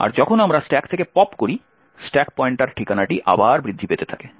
যখন আমরা স্ট্যাক থেকে পপ করি স্ট্যাক পয়েন্টার ঠিকানাটি আবার বৃদ্ধি পেতে থাকে